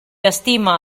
estima